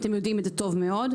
ואתם יודעים את זה טוב מאוד,